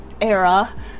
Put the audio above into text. era